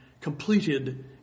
completed